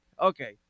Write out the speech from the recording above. Okay